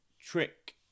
Trick